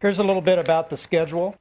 here's a little bit about the schedule